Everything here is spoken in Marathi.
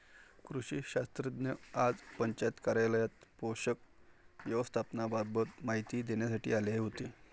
कृषी शास्त्रज्ञ आज पंचायत कार्यालयात पोषक व्यवस्थापनाबाबत माहिती देण्यासाठी आले होते